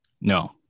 no